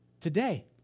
Today